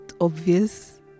obvious